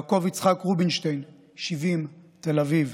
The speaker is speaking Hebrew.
יעקב יצחק רובינשטיין, בן 70, מתל אביב,